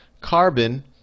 carbon